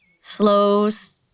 slows